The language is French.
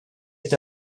est